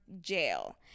jail